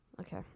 Okay